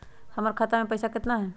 हमर खाता मे पैसा केतना है?